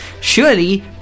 surely